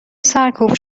سرکوب